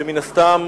שמן הסתם